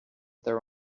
their